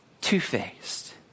two-faced